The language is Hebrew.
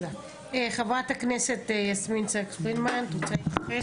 חברת הכנסת יסמין סקס פרידמן, את רוצה להתייחס?